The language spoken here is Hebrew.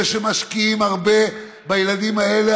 אלה שמשקיעים הרבה בילדים האלה,